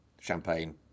champagne